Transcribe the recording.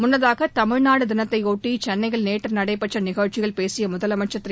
முன்னதாக தமிழ்நாடு தினத்தை ஒட்டி சென்னையில் நேற்று நடைபெற்ற நிகழ்ச்சியில் பேசிய முதலமைச்சர் திரு